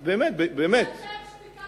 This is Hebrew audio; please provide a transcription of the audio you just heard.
אז באמת, ואתם, שתיקת הכבשים, גלעד?